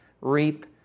reap